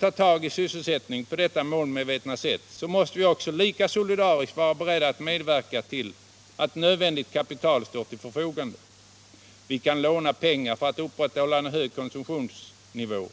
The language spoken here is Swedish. tar tag i sysselsättningen på detta målmedvetna sätt måste vi också lika solidariskt vara beredda att medverka till att nödvändigt kapital står till förfogande. Vi kan inte låna pengar för att upprätthålla en hög konsumtionsnivå.